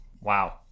wow